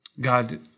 God